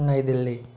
New Delhi